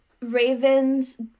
Raven's